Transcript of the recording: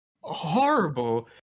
horrible